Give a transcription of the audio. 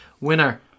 winner